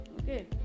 Okay